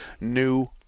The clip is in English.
new